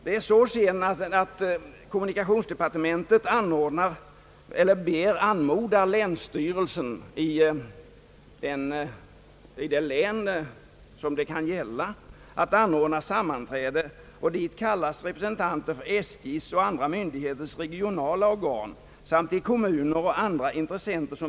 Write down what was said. Vidare anmodar kommunikationsdepartementet i nedläggningsärendena vederbörande länsstyrelse att anordna ett sammanträde till vilket kallas representanter för SJ:s och andra myndigheters regionala organ samt för berörda kommuner och andra intressenter.